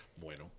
Bueno